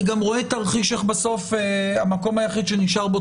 אני גם רואה תרחיש אך בסוף המקום היחיד שנשאר בו